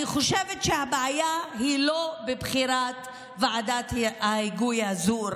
אני חושבת שהבעיה היא לא רק בבחירת ועדת ההיגוי הזו,